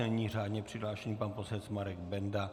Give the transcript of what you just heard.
Nyní řádně přihlášený pan poslanec Marek Benda.